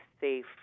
safe